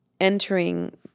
entering